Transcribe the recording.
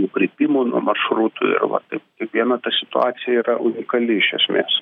nukrypimų nuo maršrutų ir vat taip kiekviena ta situacija yra unikali iš esmės